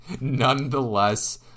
nonetheless